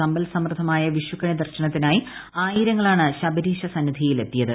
സമ്പൽ സമൃദ്ധമായ വിഷുകണി ് ദർശനത്തിനായി ആയിരങ്ങളാണ് ശബരീശ സന്നിധിയിൽ എത്തിയത്